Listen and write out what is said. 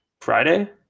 Friday